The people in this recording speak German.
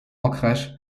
okres